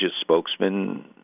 spokesman